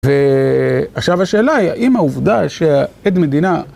ועכשיו השאלה היא, האם העובדה שהעד מדינה...